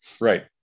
Right